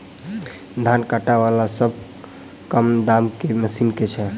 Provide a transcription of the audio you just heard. धान काटा वला सबसँ कम दाम केँ मशीन केँ छैय?